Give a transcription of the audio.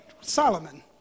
Solomon